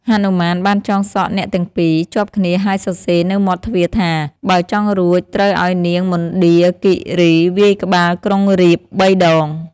ហនុមានបានចង់សក់អ្នកទាំងពីរ ជាប់គ្នាហើយសរសេរនៅមាត់ទ្វារថា បើចង់រួចត្រូវឱ្យនាងមណ្ឌាគីរីវាយក្បាលក្រុងរាពណ៍៣ ដង។